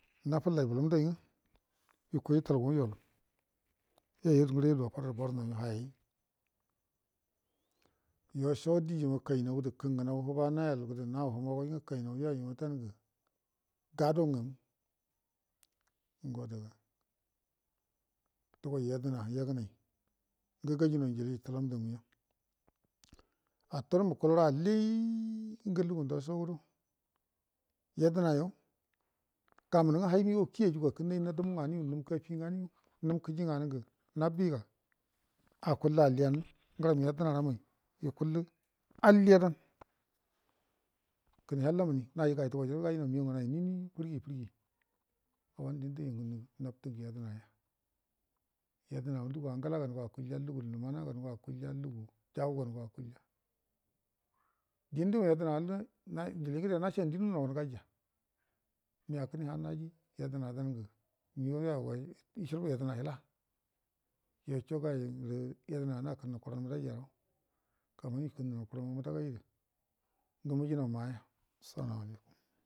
Ikoi italgu nga yol yo ijubunə ada farrə barno rə hayeyi ima sho dijima kanau də kəngə nau həba nayal gədə nayal humogai nga kainau yoyima dangə gadongamu ngo ada ga dugai yedona yadəna ngo gajunau njili ləlam ndamuga attaurə mukubu rə alli ngə lugu ndashoda yedəna ya gamənə nga hai migau kiyeyi və gakənnəi nga dunu nganə num gaffi nganə nabbi ga num kəji nganə ngə habbi ga akullə aligau ugram yedənaraurai yukullə alliadan kəne halla muni naji gayi dugoi jorə gajihau ngaui nini fillu fillu wanə dində yu ngə nabtə ngə yedənaya yadənama lugu angala gango akulya lugu lumana ganə go akulya lugu jan gango akulya drində yedəna ndə njili ngəde nashanə di nga nuno gan gaija mega kəne halla yadəha dan ngə njili ngəde yaugayushultu inila wute gai ngərə yedəna nakəunə kuradan mbədai ja ga mani mukənnə kuramu mbədagai də ngə mujinau ma'a ya salamu alaikum